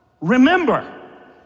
Remember